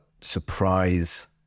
surprise